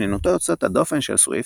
שנינותו יוצאת הדופן של סוויפט,